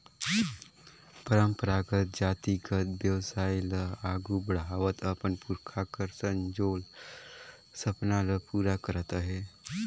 परंपरागत जातिगत बेवसाय ल आघु बढ़ावत अपन पुरखा कर संजोल सपना ल पूरा करत अहे